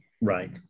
right